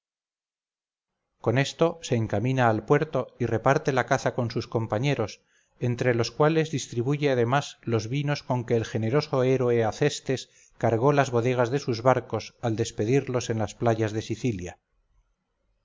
con esto se encamina al puerto y reparte la caza con sus compañeros entre los cuales distribuye además los vinos con que el generoso héroe acestes cargó las bodegas de sus barcos al despedirlos en las playas de sicilia